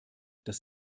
das